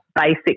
basic